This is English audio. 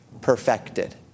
perfected